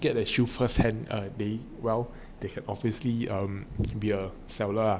get a shoe firsthand um they well they can obviously um be a seller ah